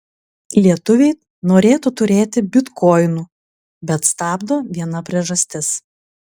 lietuviai norėtų turėti bitkoinų bet stabdo viena priežastis